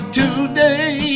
today